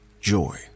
joy